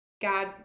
God